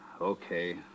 Okay